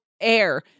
air